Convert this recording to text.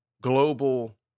global